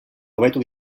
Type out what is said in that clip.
hobetu